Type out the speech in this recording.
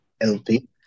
LP